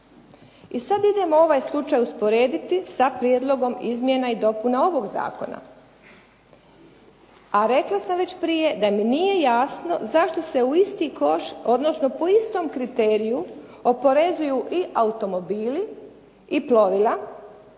I sad idemo ovaj slučaj usporediti sa prijedlogom izmjenama i dopuna ovog zakona, a rekla sam već prije da mi nije jasno zašto se u isti koš odnosno po istom kriteriju oporezuju i automobili i plovila.